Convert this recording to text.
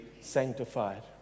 sanctified